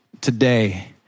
today